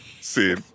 See